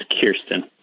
Kirsten